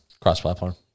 cross-platform